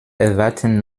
erwarten